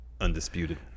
undisputed